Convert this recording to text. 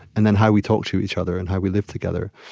and then, how we talk to each other and how we live together.